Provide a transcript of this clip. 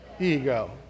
Ego